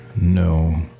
No